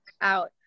out